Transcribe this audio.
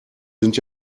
sind